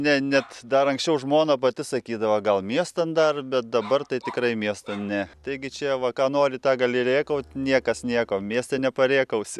ne net dar anksčiau žmona pati sakydavo gal miestan dar bet dabar tai tikrai miestan ne taigi čia va ką nori tą gali rėkaut niekas nieko mieste neparėkausi